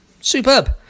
superb